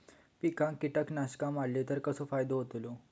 पिकांक कीटकनाशका मारली तर कसो फायदो होतलो?